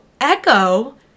Echo